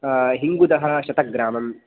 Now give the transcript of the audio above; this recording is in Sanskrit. हिङ्गुदः शत ग्राम्